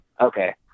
Okay